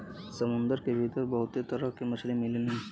समुंदर के भीतर बहुते तरह के मछली मिलेलीन